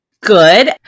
Good